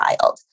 child